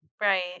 Right